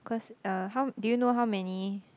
cause uh how do you know how many